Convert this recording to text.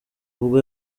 ubwo